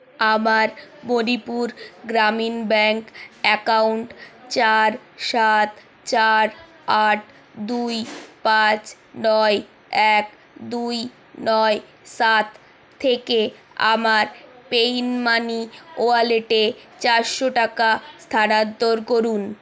আমার Manipur Gramin bank account চার সাত চার আট দুই পাঁচ নয় এক দুই নয় সাত থেকে আমার পেইউমানি ওয়ালেটে চারশো টাকা স্থানান্তর করুন